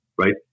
Right